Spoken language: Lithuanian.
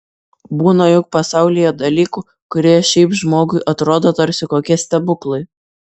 būna juk pasaulyje dalykų kurie šiaip žmogui atrodo tarsi kokie stebuklai